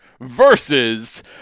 versus